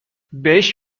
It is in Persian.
بهش